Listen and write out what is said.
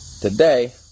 Today